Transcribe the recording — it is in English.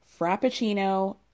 frappuccino